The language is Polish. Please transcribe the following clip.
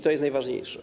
To jest najważniejsze.